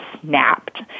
snapped